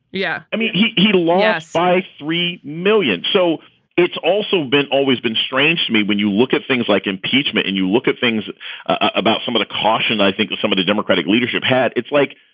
yeah. i mean, he he lost by three million. so it's also been always been strange to me when you look at things like impeachment and you look at things about some of the caution. i think some of the democratic leadership had, it's like,